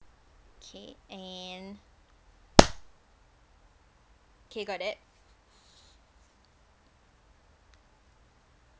K and K got that